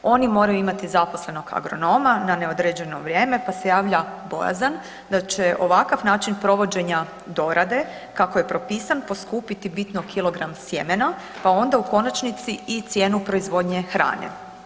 Oni moraju imati zaposlenog agronoma na neodređeno vrijeme pa se javlja bojazan da će ovakav način provođenja dorade kako je propisa poskupiti bitno kilogram sjemena pa onda u konačnici i cijenu proizvodnje hrane.